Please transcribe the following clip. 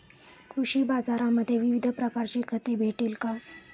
कृषी बाजारांमध्ये विविध प्रकारची खते भेटेल का?